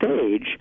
stage